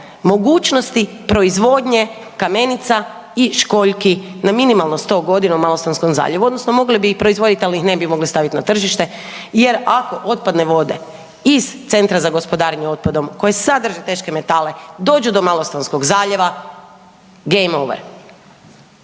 mogućnosti proizvodnje kamenica i školjki na minimalno 100 godina u Malostonskom zaljevu, odnosno mogli bi ih proizvoditi, ali ih ne bi mogli staviti na tržište jer ako otpadne vode iz Centra za gospodarenje otpadom koje sadrži teške metale, dođe do Malostonskog zaljeva, game over.